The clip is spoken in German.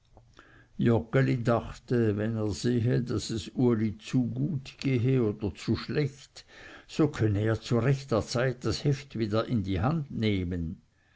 dachte wenn er sehe daß es uli zu gut gehe oder zu schlecht so könne er zu rechter zeit das heft wieder zur hand nehmen